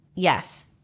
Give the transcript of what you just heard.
Yes